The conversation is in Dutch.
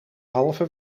halve